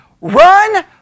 run